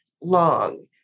long